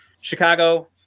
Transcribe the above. Chicago